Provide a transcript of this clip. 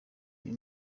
uyu